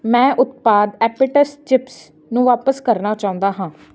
ਮੈਂ ਉਤਪਾਦ ਐਪੀਟਸ ਚਿਪਸ ਨੂੰ ਵਾਪਸ ਕਰਨਾ ਚਾਹੁੰਦਾ ਹਾਂ